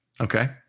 Okay